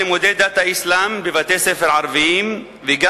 לימודי דת האסלאם בבתי-ספר ערביים וגם